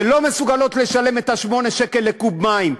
שלא מסוגלות לשלם את 8 השקלים לקוב מים.